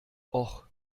och